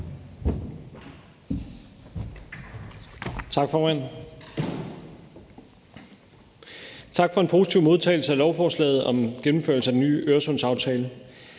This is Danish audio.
Tak for en positiv modtagelse af lovforslaget om gennemførelse af den nye Øresundsaftale.